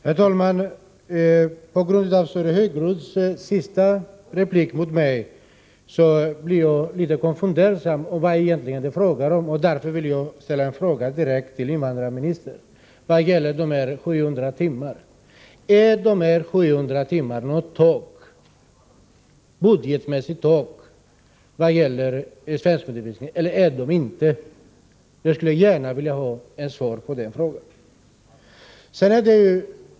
Herr talman! Sören Häggroths senaste replik gjorde mig litet konfunderad. Jag vill därför ställa en fråga direkt till invandrarministern om de 700 timmarna: Är de 700 timmarna ett budgetmässigt tak vad gäller svenskundervisningen? Jag vill gärna ha ett svar på denna fråga.